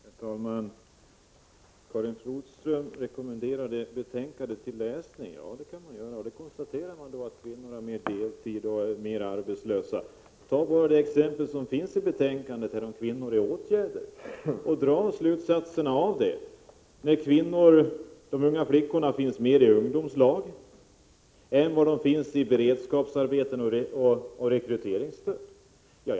Herr talman! Karin Flodström rekommenderade läsning av betänkandet. Ja, det kan man göra, och då finner man att utskottet konstaterar att kvinnor arbetar mera deltid och i högre grad är arbetslösa. Ta exemplet i betänkandet om kvinnor som är föremål för arbetsmarknadsåtgärder och dra slutsatserna av det! De unga flickorna finns i ungdomslag, kvinnorna har beredskapsarbete och uppbär rekryteringsstöd.